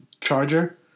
Charger